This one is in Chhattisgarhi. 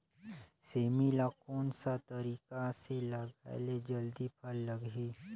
सेमी ला कोन सा तरीका से लगाय ले जल्दी फल लगही?